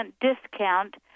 discount